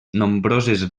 nombroses